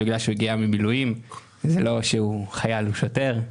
בגלל שהוא הגיע ממילואים ולא שהוא חייל או שוטר.